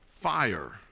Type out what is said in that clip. fire